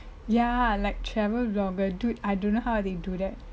ya like travel blogger dude I don't know how they do that